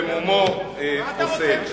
במומו פוסל.